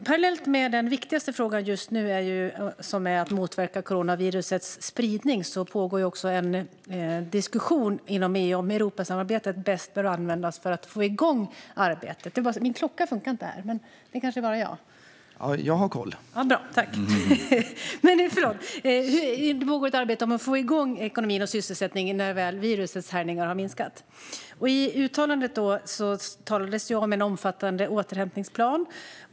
Parallellt med den viktigaste frågan just nu, att motverka coronavirusets spridning, pågår en diskussion inom EU om hur Europasamarbetet bäst bör användas för att få igång ekonomin och sysselsättningen när virusets härjningar väl har avtagit. I uttalandet talas det om en omfattande återhämtningsplan.